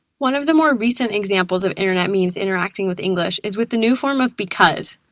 one of the more recent examples of internet memes interacting with english is with the new form of because.